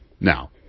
Now